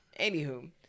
Anywho